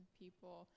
people